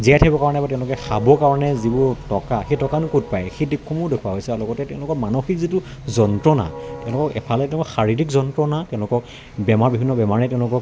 জীয়াই থাকিব কাৰণে বা তেওঁলোকে খাব কাৰণে যিবোৰ টকা সেই টকানো ক'ত পায় সেই দিশসমূহো দেখুওৱা হৈছে আৰু লগতে তেওঁলোকৰ মানসিক যিটো যন্ত্ৰণা তেওঁলোকক এফালেতো শাৰীৰিক যন্ত্ৰণা তেওঁলোকক বেমাৰ বিভিন্ন বেমাৰে তেওঁলোকক